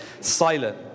silent